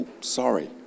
sorry